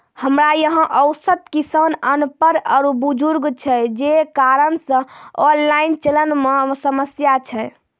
हमरा यहाँ औसत किसान अनपढ़ आरु बुजुर्ग छै जे कारण से ऑनलाइन चलन मे समस्या छै?